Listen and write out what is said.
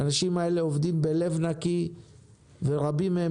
האנשים האלה עובדים בלב נקי ורבים מהם